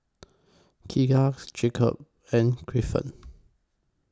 Keegans Jacob and Griffin